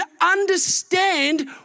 understand